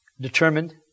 determined